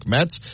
Mets